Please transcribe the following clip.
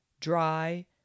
dry